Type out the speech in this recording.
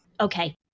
Okay